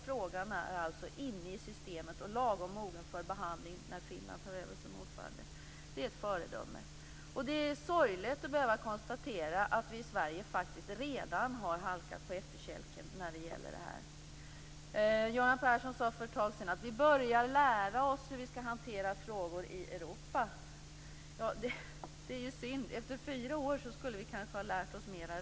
Frågan är inne i systemet och lagom mogen för behandling när Finland tar över som ordförandeland. Det är sorgligt att behöva konstatera att vi i Sverige faktiskt redan har halkat på efterkälken när det gäller detta. Göran Persson sade för ett tag sedan att vi börjar lära oss hur vi skall hantera frågor i Europa. Det är synd. Efter fyra år skulle vi kanske ha lärt oss mera.